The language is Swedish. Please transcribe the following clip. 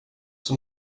som